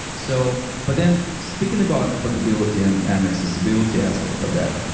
so but then speaking about affordability and and accessibility aspect of that,